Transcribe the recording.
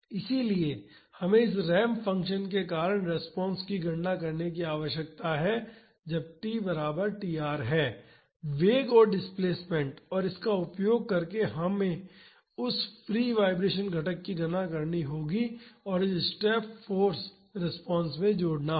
इसलिए हमें इस रैंप फ़ंक्शन के कारण रिस्पांस की गणना करने की आवश्यकता है जब t बराबर tr है वेग और डिसप्लेमेंट और इसका उपयोग करके हमें उस फ्री वाईब्रेशन घटक की गणना करनी होगी और इस स्टेप फाॅर्स रिस्पांस में जोड़ना होगा